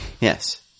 Yes